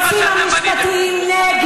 אם אנחנו יודעים שהיועצים המשפטיים נגד,